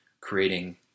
creating